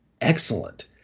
excellent